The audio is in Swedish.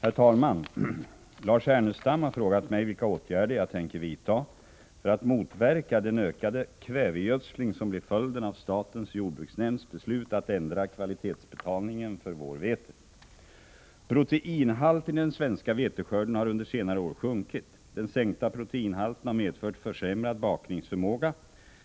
Herr talman! Lars Ernestam har frågat mig vilka åtgärder jag tänker vidta för att motverka den ökade kvävegödsling som blir följden av statens jordbruksnämnds beslut att ändra kvalitetsbetalningen för vårvete. Proteinhalten i den svenska veteskörden har under senare år sjunkit. Den sänkta proteinhalten har medfört försämrad bakningsförmåga,